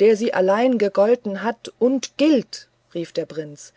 der sie allein gegolten hat und gilt rief der prinz